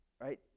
right